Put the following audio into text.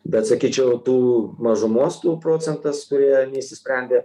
bet sakyčiau tų mažumos tų procentas kurie neišsisprendė